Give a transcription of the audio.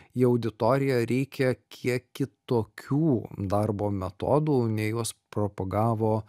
į auditoriją reikia kiek kitokių darbo metodų nei juos propagavo